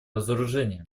разоружения